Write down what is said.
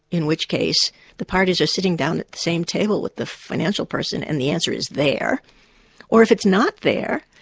in which case the parties are sitting down at the same table with the financial person and the answer is there or if it's not there,